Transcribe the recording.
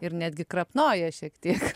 ir netgi krapnoja šiek tiek